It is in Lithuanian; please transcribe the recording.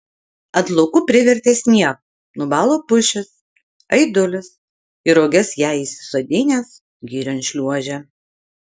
ant laukų privertė sniego nubalo pušys aidulis į roges ją įsisodinęs girion šliuožė